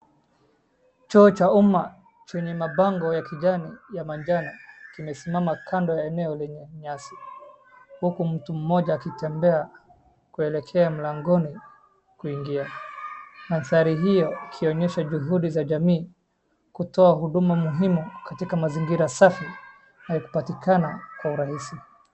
Choo cha umma chenye mapango ya kijani ya majana kimesimama kando ya eneo lenye nyasi, huku mtu moja akitembea kuelekea mlangoni kuingia. Mandhari hiyo ikionyesha juhudi za jamii kutoa huduma muhimu katika mazingira safi haikupatikana kwa urahisi.